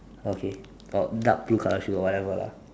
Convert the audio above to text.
okay uh dark blue colour shoe or whatever lah